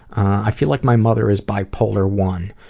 i feel like my mother is bipolar one.